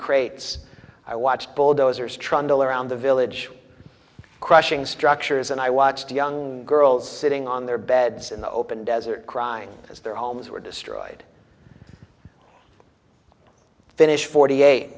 crates i watched bulldozers trundle around the village crushing structures and i watched young girls sitting on their beds in the open desert crying because their homes were destroyed to finish forty eight